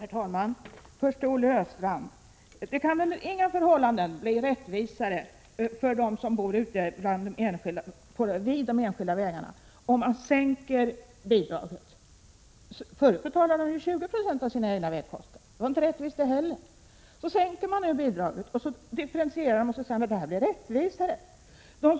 Herr talman! Först till Olle Östrand: Det kan under inga förhållanden bli rättvisare för dem som bor vid de enskilda vägarna, om man sänker bidraget. Förut betalade de 20 96 av sina egna vägkostnader, och det var inte heller rättvist. Nu sänker man bidraget genom att differentiera det och säger att det blir rättvisare.